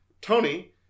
Tony